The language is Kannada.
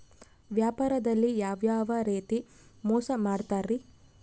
ವ್ಯಾಪಾರದಲ್ಲಿ ಯಾವ್ಯಾವ ರೇತಿ ಮೋಸ ಮಾಡ್ತಾರ್ರಿ?